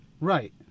Right